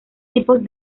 tipos